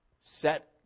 set